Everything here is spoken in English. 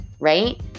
right